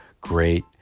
great